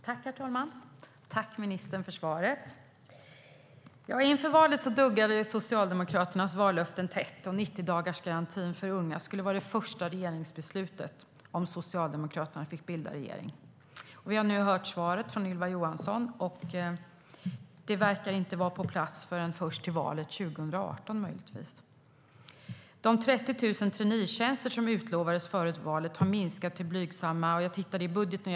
Herr talman! Tack, ministern, för svaret! Inför valet duggade Socialdemokraternas vallöften tätt. 90-dagarsgarantin för unga skulle vara det första regeringsbeslutet om Socialdemokraterna fick bilda regering. Vi har nu hört svaret från Ylva Johansson. Garantin verkar inte komma på plats förrän möjligtvis till valet 2018. De 30 000 traineetjänster som utlovades före valet har minskat till blygsamma 7 100.